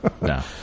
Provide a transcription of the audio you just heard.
No